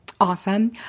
Awesome